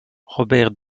robert